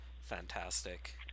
fantastic